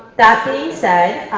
that being said,